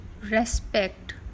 respect